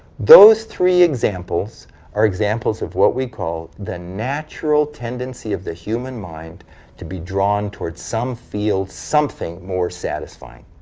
those three examples are examples of what we call the natural tendency of the human mind to be drawn towards some field. something more satisfying.